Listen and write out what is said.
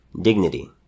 dignity